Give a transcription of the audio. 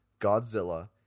Godzilla